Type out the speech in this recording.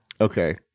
Okay